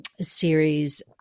series